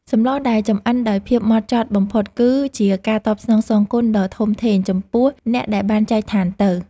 សម្លដែលចម្អិនដោយភាពហ្មត់ចត់បំផុតគឺ ជាការតបស្នងសងគុណដ៏ធំធេងចំពោះអ្នកដែលបានចែកឋានទៅ។